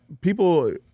people